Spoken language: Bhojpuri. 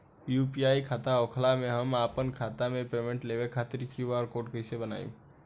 यू.पी.आई खाता होखला मे हम आपन खाता मे पेमेंट लेवे खातिर क्यू.आर कोड कइसे बनाएम?